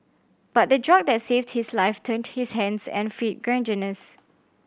but the drug that saved his life turned his hands and feet gangrenous